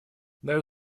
даю